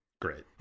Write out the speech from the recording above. Great